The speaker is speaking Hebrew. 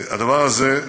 הדבר הזה,